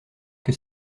que